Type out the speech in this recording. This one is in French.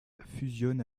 fusionne